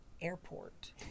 airport